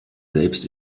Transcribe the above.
selbst